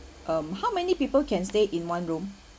um how many people can stay in one room